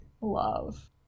love